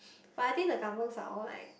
but I think the kampungs are all like